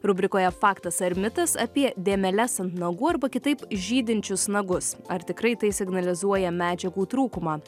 rubrikoje faktas ar mitas apie dėmeles ant nagų arba kitaip žydinčius nagus ar tikrai tai signalizuoja medžiagų trūkumą